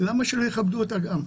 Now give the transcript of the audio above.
למה שלא יכבדו אותה גם?